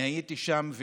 הייתי שם,